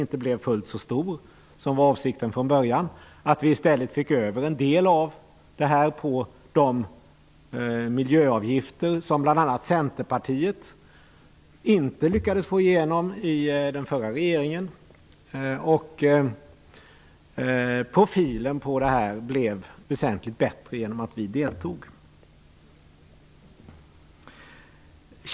Centerpartiet inte lyckades få igenom i den förra regeringen. Profilen blev väsentligt bättre genom att vi deltog.